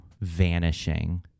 vanishing